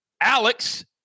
Alex